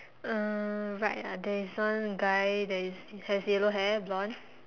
uh right ah there is one guy that is has yellow hair blonde